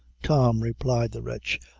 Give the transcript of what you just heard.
tom, replied the wretch,